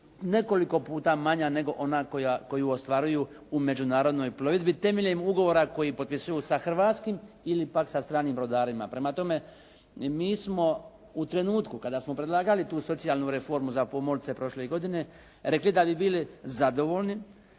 nekoliko puta manja, nego ona koju ostvaruju u međunarodnoj plovidbi, temeljem ugovora koji potpisuju sa hrvatskim ili pak sa stranim brodarima. Prema tome, mi smo u trenutku kada smo predlagali tu socijalnu reformu za pomorce prošle godine, rekli da bi bili zadovoljni